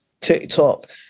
TikTok